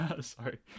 sorry